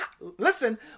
listen